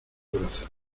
brazo